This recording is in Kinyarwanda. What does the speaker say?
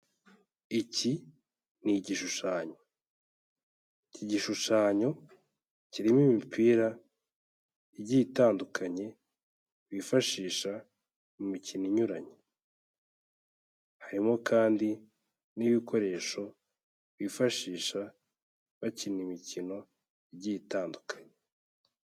Iki ni igishushanyo. Iki gishushanyo, kirimo imipira igiye itandukanye, bifashisha mu mikino inyuranye. Harimo kandi n'ibikoresho bifashisha bakina imikino igiye itandukanye.